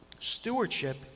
Stewardship